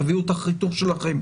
תביאו את הכי טוב שלכם,